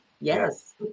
Yes